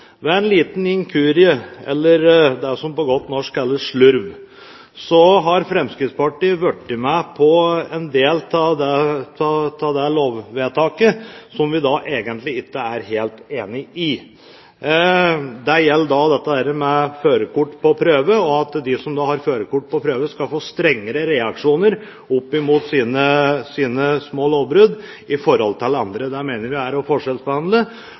ved en liten inkurie, eller det som på godt norsk kalles slurv, har Fremskrittspartiet blitt med på en del av lovvedtaket som vi egentlig ikke er helt enig i. Det gjelder det med førerkort på prøve, at de som har førerkort på prøve, skal få strengere reaksjoner for sine små lovbrudd enn andre. Det mener vi er å forskjellsbehandle,